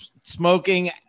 smoking